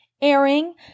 airing